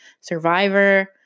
Survivor